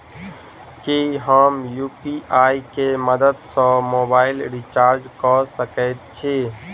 की हम यु.पी.आई केँ मदद सँ मोबाइल रीचार्ज कऽ सकैत छी?